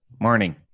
Morning